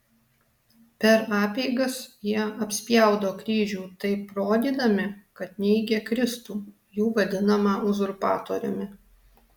per apeigas jie apspjaudo kryžių taip rodydami kad neigia kristų jų vadinamą uzurpatoriumi